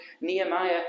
Nehemiah